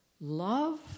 love